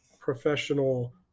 professional